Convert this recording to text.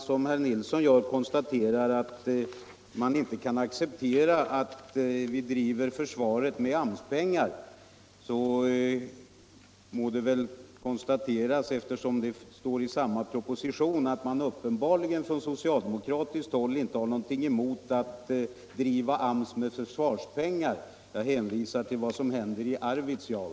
När herr Nilsson i Kalmar säger att man inte kan acceptera att vi driver försvaret med AMS-pengar, så må det väl konstateras, eftersom det står i samma proposition, att man uppenbarligen från socialdemokratiskt håll inte har någonting emot att driva AMS med försvarspengar. Jag hänvisar till vad som händer i Arvidsjaur.